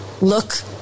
Look